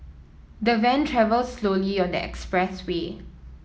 the van travelled slowly on the expressway